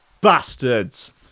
bastards